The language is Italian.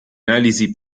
analisi